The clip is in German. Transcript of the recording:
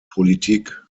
politik